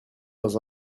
dans